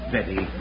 Betty